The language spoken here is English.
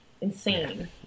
insane